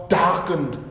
darkened